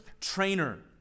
trainer